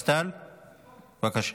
בבקשה.